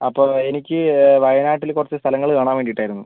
അപ്പോൾ എനിക്ക് വയനാട്ടിൽ കുറച്ചു സ്ഥലങ്ങൾ കാണാൻ വേണ്ടീട്ടായിരുന്നു